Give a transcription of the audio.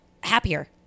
happier